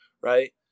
Right